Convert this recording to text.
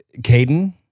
Caden